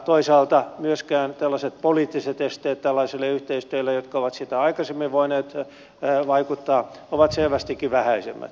toisaalta myöskin tällaiset poliittiset esteet tällaiselle yhteistyölle jotka ovat sitä aikaisemmin voineet vaikeuttaa ovat selvästikin vähäisemmät